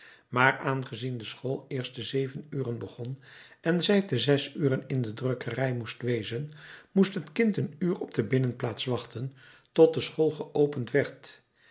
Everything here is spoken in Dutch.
maar aangezien de school eerst te zeven uren begon en zij te zes uren in de drukkerij moest wezen moest het kind een uur op de binnenplaats wachten tot de school geopend werd